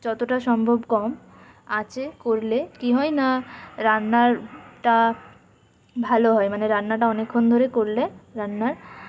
যতটা সম্ভব কম আঁচে করলে কি হয় না রান্নারটা ভালো হয় মানে রান্নাটা অনেকক্ষণ ধরে করলে রান্নার